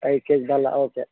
ಐದು ಕೆಜಿ ಬೆಲ್ಲ ಓಕೆ